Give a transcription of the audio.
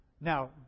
Now